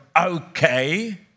okay